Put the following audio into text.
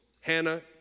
Hannah